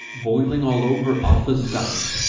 boiling all over offa's dyke,